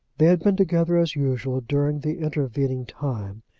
they had been together as usual during the intervening time.